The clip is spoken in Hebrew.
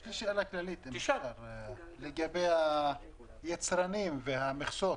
יש לי שאלה כללית לגבי היצרנים והמכסות.